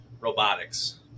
robotics